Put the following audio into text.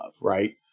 right